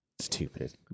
Stupid